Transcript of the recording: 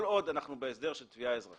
כל עוד אנחנו בהסדר של תביעה אזרחית